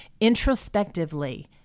introspectively